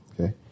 Okay